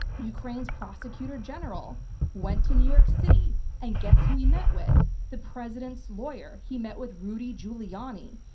ukraine's prosecutor general went to new york city and guess who he met with? the president's lawyer. he met with rudy giuliani.